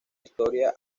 historia